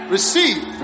Receive